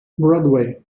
broadway